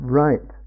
right